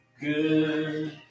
Good